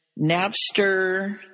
Napster